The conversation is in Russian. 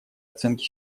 оценки